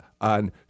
on